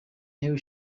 ntewe